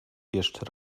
jeszcze